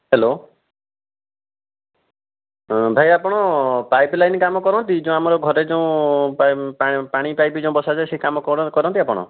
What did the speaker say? hello ହଁ ଭାଇ ଆପଣ ପାଇପ୍ ଲାଇନ କାମ କରନ୍ତି ଯେଉଁ ଆମର ଘରେ ଯେଉଁ ପାଣି ପାଇପ୍ ଯେଉଁ ବସାଯାଏ ସେ କାମ କରନ୍ତି ଆପଣ